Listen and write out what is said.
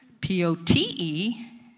P-O-T-E